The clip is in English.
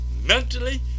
mentally